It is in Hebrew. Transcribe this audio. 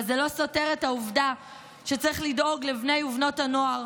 אבל זה לא סותר את העובדה שצריך לדאוג לבני ובנות הנוער